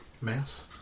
Mass